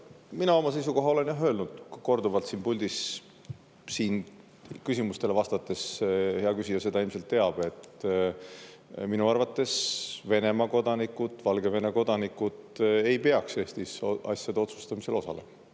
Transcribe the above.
Mina oma seisukoha olen, jah, öelnud korduvalt siin puldis siin küsimustele vastates. Hea küsija seda ilmselt teab, et minu arvates Venemaa kodanikud, Valgevene kodanikud ei peaks Eestis asjade otsustamisel osalema.